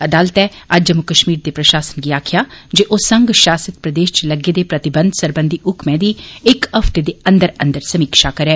अदालतै अज्ज जम्मू कश्मीर दे प्रशासन गी आक्खेआ जे ओ संघ शासित प्रदेश च लग्गे दे प्रतिबंघ सरबंघी हुक्मै दी इक हफ्ते दे अंदर अंदर समीक्षा करै